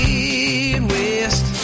Midwest